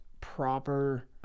proper